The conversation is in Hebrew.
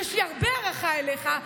שיש לי הרבה הערכה אליך,